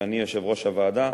ואני יושב-ראש הוועדה,